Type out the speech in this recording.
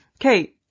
Okay